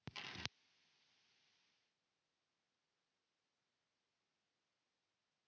Kiitos.